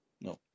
No